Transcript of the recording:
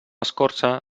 escorça